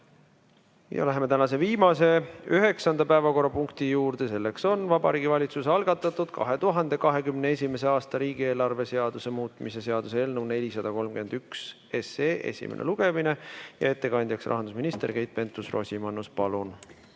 Läheme tänase viimase, üheksanda päevakorrapunkti juurde. Selleks on Vabariigi Valitsuse algatatud 2021. aasta riigieelarve seaduse muutmise seaduse eelnõu 431 esimene lugemine. Ettekandjaks on rahandusminister Keit Pentus-Rosimannus. Palun!